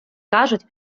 кажуть